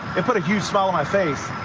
and put a huge smile on my face.